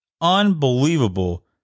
unbelievable